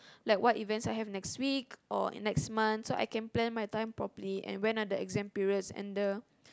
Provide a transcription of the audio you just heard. like what events I have next week or next month so I can plan my time properly and when are the exam periods and the